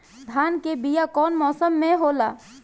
धान के बीया कौन मौसम में होला?